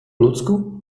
ludzku